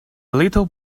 little